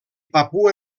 papua